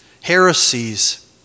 heresies